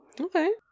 Okay